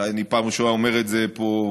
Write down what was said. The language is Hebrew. אולי אני פעם ראשונה אומר את זה פה,